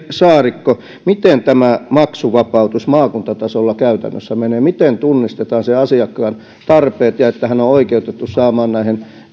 saarikko miten tämä maksuvapautus maakuntatasolla käytännössä menee miten tunnistetaan sen asiakkaan tarpeet ja se että hän oikeutettu saamaan näihin